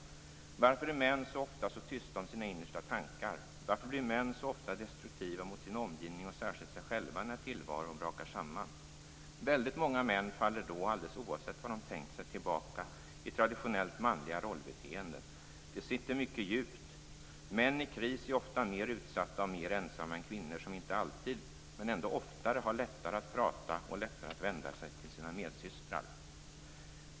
Varför är män ofta så tysta om sina innersta tankar? Varför blir män så ofta destruktiva mot sin omgivning och särskilt sig själva när tillvaron brakar samman? Väldigt många män faller då - alldeles oavsett vad de tänkt sig - tillbaka i traditionellt manliga rollbeteenden. Det sitter mycket djupt. Män i kris är dock ofta mer utsatta och mer ensamma än kvinnor, som inte alltid men ändå oftare har lättare att prata och lättare att vända sig till sina medsystrar.